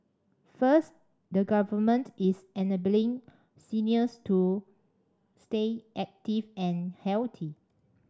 first the Government is enabling seniors to stay active and healthy